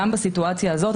גם בסיטואציה הזאת,